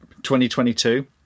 2022